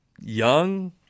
Young